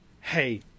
Hey